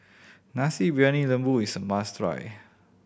Nasi Briyani Lembu is a must try